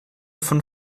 von